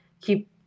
keep